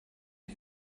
die